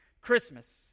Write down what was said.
Christmas